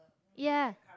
ya